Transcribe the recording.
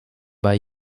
bei